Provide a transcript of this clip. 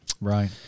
Right